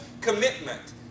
commitment